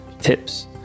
tips